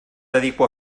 dedico